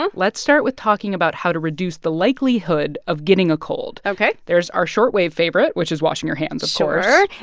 um let's start with talking about how to reduce the likelihood of getting a cold ok there's our short wave favorite, which is washing your hands, of course sure.